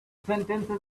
sentences